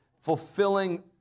fulfilling